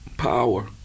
power